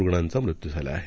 रुग्णांचामृत्यूझालाआहे